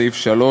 סעיף 3,